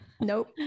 Nope